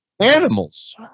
animals